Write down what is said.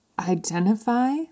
identify